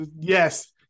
Yes